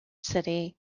city